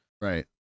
Right